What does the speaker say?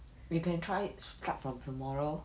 you can try it start from tomorrow